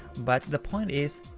but the point is,